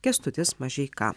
kęstutis mažeika